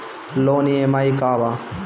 Loan EMI का बा?